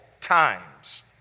times